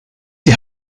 die